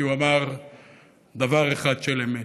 כי הוא אמר דבר אחד של אמת.